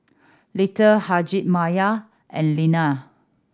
Little Hjalmar and Lena